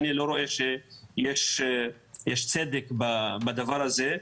אני לא רואה שיש צדק בדבר הזה.